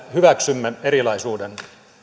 hyväksymme erilaisuuden